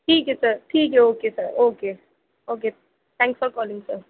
ٹھیک ہے سر ٹھیک ہے okay sir okay okay thank for calling sir